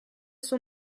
suo